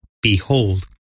Behold